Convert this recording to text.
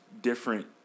different